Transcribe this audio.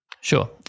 Sure